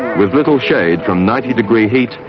with little shade from ninety degree heat,